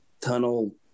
tunnel